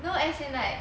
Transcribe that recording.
no as in like